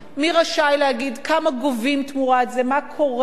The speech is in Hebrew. מי רשאי להגיד כמה גובים תמורת זה, מה קורה,